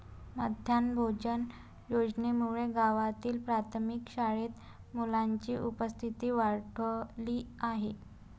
माध्यान्ह भोजन योजनेमुळे गावातील प्राथमिक शाळेत मुलांची उपस्थिती वाढली आहे